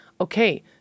Okay